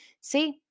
see